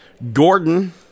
Gordon